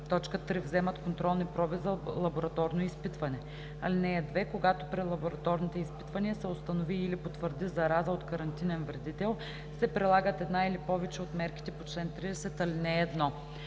3. вземат контролни проби за лабораторно изпитване. (2) Когато при лабораторните изпитвания се установи или потвърди зараза от карантинен вредител, се прилагат една или повече от мерките по чл. 30, ал. 1.